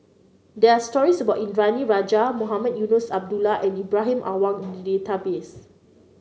there're stories about Indranee Rajah Mohamed Eunos Abdullah and Ibrahim Awang in the database